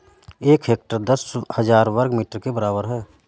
एक हेक्टेयर दस हजार वर्ग मीटर के बराबर है